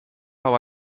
how